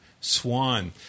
swan